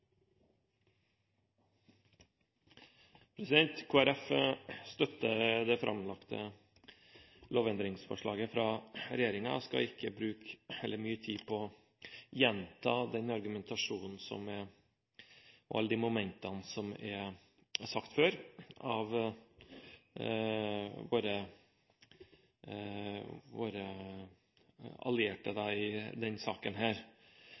Kristelig Folkeparti støtter det framlagte lovendringsforslaget fra regjeringen. Jeg skal ikke bruke mye tid på å gjenta den argumentasjonen og alle de momentene som er brukt før av våre allierte i denne saken.